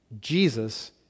Jesus